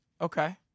Okay